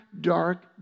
dark